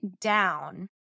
down